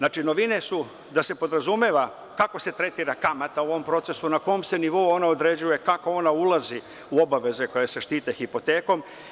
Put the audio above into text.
Novine su da se podrazumeva kako se tretira kamata u ovom procesu, na kom se nivou ona određuje, kako ona ulazi u obaveze koje se štite hipotekom.